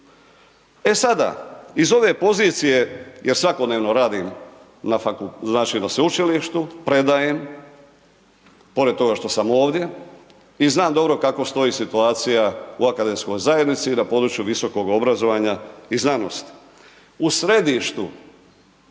E sada, iz ove pozicije jer svakodnevno radim na sveučilištu, predajem, pored toga što sam ovdje i znam dobro kako stoji situacija u akademskoj zajednici i na području visokog obrazovanja i znanosti.